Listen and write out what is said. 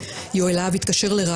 הכתבה הזאת נועדה להכניס את כולנו לתופעה,